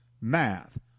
math